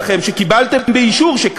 לחלופין (ד') של קבוצת סיעת מרצ,